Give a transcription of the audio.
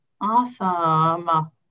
Awesome